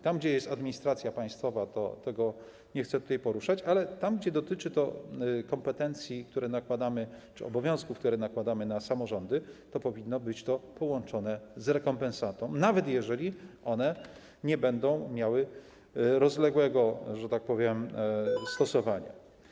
Tam, gdzie jest administracja państwowa, tego nie chcę tutaj poruszać, ale tam, gdzie dotyczy to kompetencji czy obowiązków, które nakładamy na samorządy, to powinno być to połączone z rekompensatą, nawet jeżeli one nie będą miały rozległego stosowania.